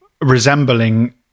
resembling